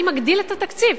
אני מגדיל את התקציב.